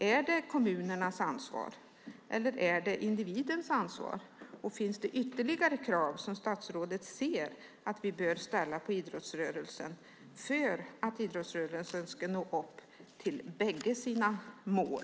Är det kommunernas ansvar, eller är det individens ansvar? Och finns det ytterligare krav som statsrådet ser att vi bör ställa på idrottsrörelsen, för att den ska nå upp till bägge sina mål?